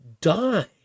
die